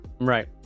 right